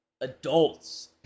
adults